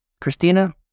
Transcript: Christina